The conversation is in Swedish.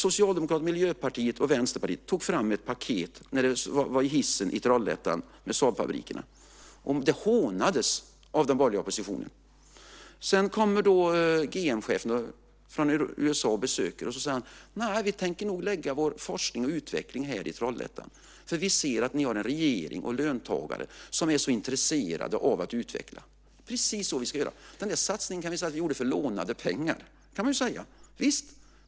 Socialdemokraterna, Miljöpartiet och Vänsterpartiet tog fram ett paket när Saabfabrikerna i Trollhättan var i hissen. Det hånades av den borgerliga oppositionen. Sedan kom då GM-chefen från USA på besök, och sade: Nej, vi tänker nog lägga vår forskning och utveckling här i Trollhättan, för vi ser att ni har en regering och löntagare som är så intresserade av att utveckla. Det är precis så vi ska göra. Den där satsningen kan vi säga att vi gjorde för lånade pengar. Det kan man säga - visst.